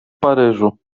paryżu